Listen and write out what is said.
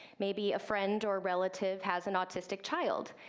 maybe a friend or relative has an autistic child.